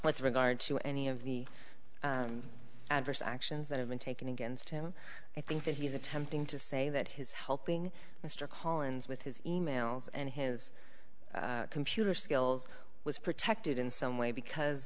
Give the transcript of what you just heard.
of regard to any of the adverse actions that have been taken against him i think that he is attempting to say that his helping mr collins with his emails and his computer skills was protected in some way because